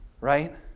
right